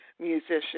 musician